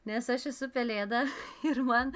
nes aš esu pelėda ir man